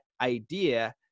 idea